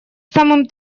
самым